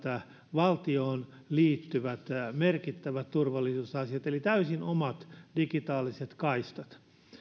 valtioon liittyvät merkittävät turvallisuusasiat eli täysin omat digitaaliset kaistat